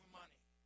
money